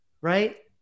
right